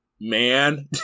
man